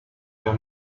her